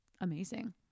amazing